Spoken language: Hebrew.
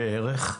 בערך.